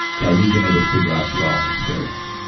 that we've been able to figure out through our own experience.